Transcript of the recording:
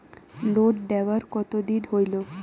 Loan নেওয়ার কতদিন হইল?